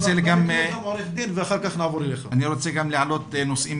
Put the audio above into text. לבוא ולהצטרף להליך הזה ולבקש לבטל את פסק הדין הזה.